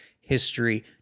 history